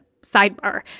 Sidebar